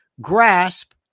grasp